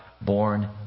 born